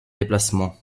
déplacement